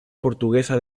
portuguesa